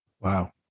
Wow